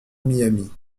miami